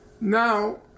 Now